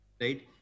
right